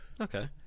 Okay